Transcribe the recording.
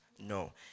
No